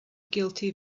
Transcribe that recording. guilty